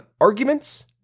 arguments